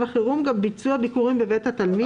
החירום גם ביצוע ביקורים בבית התלמיד"?